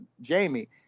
Jamie